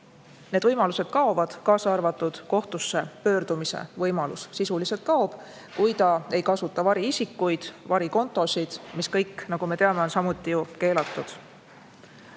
need võimalused kaovad, ka kohtusse pöördumise võimalus sisuliselt kaob, kui ta ei kasuta variisikuid või varikontosid, mis kõik, nagu me teame, on samuti keelatud.